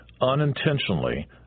unintentionally